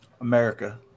America